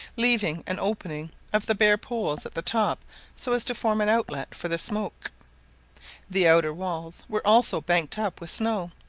leaving an opening of the bare poles at the top so as to form an outlet for the smoke the outer walls were also banked up with snow,